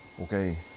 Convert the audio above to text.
Okay